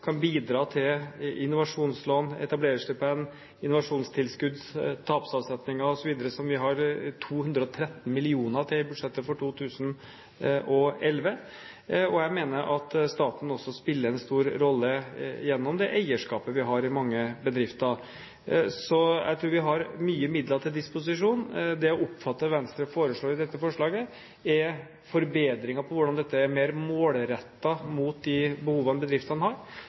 kan bidra til innovasjonslån, etablererstipend, innovasjonstilskudd, tapsavsetninger osv., som vi har 213 mill. kr til i budsjettet for 2011, og jeg mener at staten også spiller en stor rolle gjennom det eierskapet vi har i mange bedrifter. Så jeg tror vi har mye midler til disposisjon. Det jeg oppfatter at Venstre foreslår i dette forslaget, er forbedringer på hvordan dette skal være mer målrettet mot de behovene bedriftene har.